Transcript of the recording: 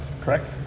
Correct